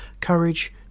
courage